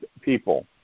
people